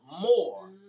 more